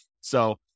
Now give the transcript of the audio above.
So-